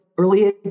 Early